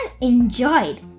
enjoyed